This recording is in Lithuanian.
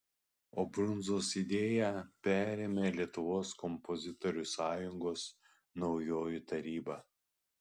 o brundzos idėją parėmė lietuvos kompozitorių sąjungos naujoji taryba